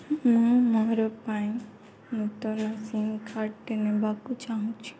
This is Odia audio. ମୁଁ ମୋର ପାଇଁ ନୂତନ ସିମ୍ କାର୍ଡ଼୍ଟେ ନେବାକୁ ଚାହୁଁଛି